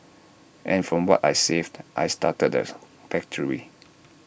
and from what I saved I started theirs factory